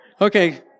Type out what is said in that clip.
Okay